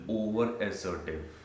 over-assertive